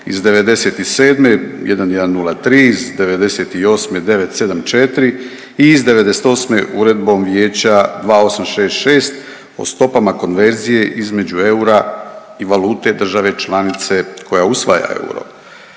iz '97. 1103, iz '98. 974 i iz '98. Uredbom Vijeća 2866 o stopama konverzije između eura i valute države članice koja usvaja euro.